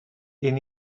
این